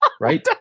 Right